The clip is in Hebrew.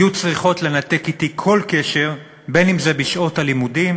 היו צריכות לנתק אתי כל קשר, אם בשעות הלימודים